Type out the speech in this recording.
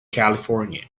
california